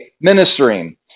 ministering